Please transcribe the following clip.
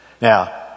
Now